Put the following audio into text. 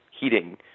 heating